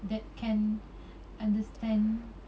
that can understand